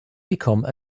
become